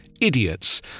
idiots